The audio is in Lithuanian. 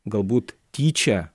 galbūt tyčia